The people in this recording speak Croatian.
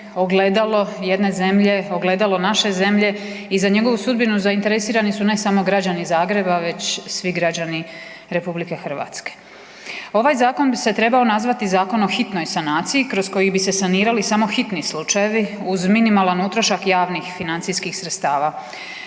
ogledalo jedne zemlje, ogledalo naše zemlje i za njegovu sudbinu zainteresirani su ne samo građani Zagreba, već svi građani Republike Hrvatske. Ovaj Zakon bi se trebao nazvati Zakon o hitnoj sanaciji kroz koji bi se sanirali samo hitni slučajevi uz minimalan utrošak javnih financijskih sredstava.